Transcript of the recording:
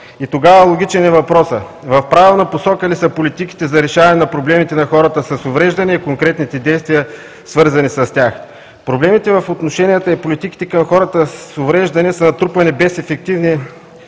Тогава логичен е въпросът: в правилна посока ли са политиките за решаване на проблемите на хората с увреждания и конкретните действия, свързани с тях? Проблемите в отношенията и политиките към хората с увреждания са натрупвани без ефективни